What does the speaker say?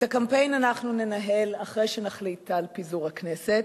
את הקמפיין אנחנו ננהל אחרי שנחליט על פיזור הכנסת.